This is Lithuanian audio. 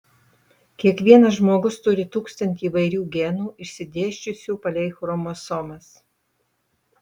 kiekvienas žmogus turi tūkstantį įvairių genų išsidėsčiusių palei chromosomas